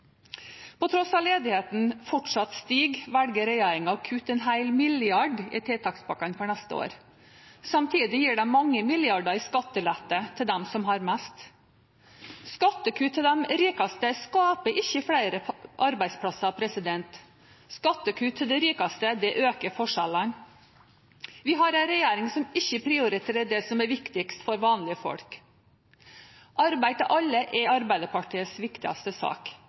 På tross av at ledigheten fortsatt stiger, velger regjeringen å kutte en hel milliard i tiltakspakkene for neste år. Samtidig gir de mange milliarder i skattelette til dem som har mest. Skattekutt til de rikeste skaper ikke flere arbeidsplasser. Skattekutt til de rikeste øker forskjellene. Vi har en regjering som ikke prioriterer det som er viktigst for vanlige folk. Arbeid til alle er Arbeiderpartiets viktigste sak.